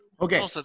Okay